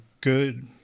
good